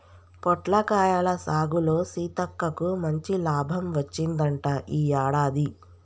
పొట్లకాయల సాగులో సీతక్కకు మంచి లాభం వచ్చిందంట ఈ యాడాది